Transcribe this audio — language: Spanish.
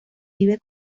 vive